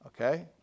okay